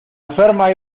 enferma